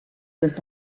sind